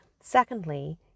secondly